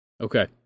Okay